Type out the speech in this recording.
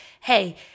hey